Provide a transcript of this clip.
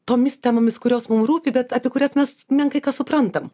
tomis temomis kurios mum rūpi bet apie kurias mes menkai ką suprantam